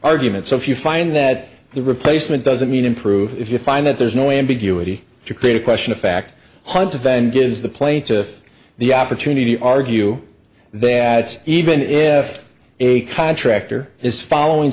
argument so if you find that the replacement doesn't mean improve if you find that there's no ambiguity to create a question of fact hard to bend gives the plaintiff the opportunity argue that even if a contractor is following